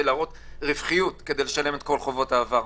להראות רווחיות כדי לשלם את כל חובות העבר.